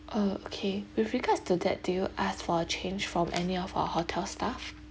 oh okay with regards to that did you asked for a change from any of our hotel staff